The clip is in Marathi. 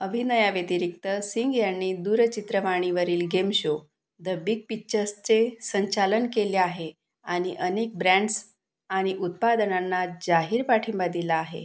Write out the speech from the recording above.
अभिनयाव्यतिरिक्त सिंग यांनी दूरचित्रवाणीवरील गेम शो द बिग पिच्चर्सचे संचालन केले आहे आणि अनेक ब्रँड्स आणि उत्पादनांना जाहीर पाठिंबा दिला आहे